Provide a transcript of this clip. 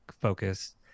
focus